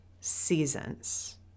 seasons